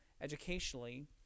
educationally